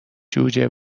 جوجه